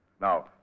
Now